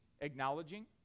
acknowledging